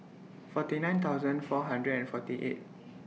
forty nine thousand four hundred and forty eight